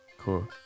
Cool